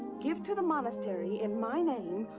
give to the monastery, in my name,